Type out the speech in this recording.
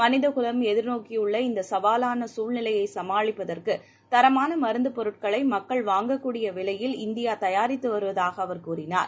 மனித குலம் எதிர்நோக்கியுள்ள இந்த சவாலான சூழ்நிலையை சமாளிப்பதற்கு தரமான மருந்துப் பொருட்களை மக்கள் வாங்கக் கூடிய விலையில் இந்தியா தயாரித்து வருவதாக அவர் கூறினார்